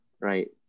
right